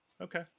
Okay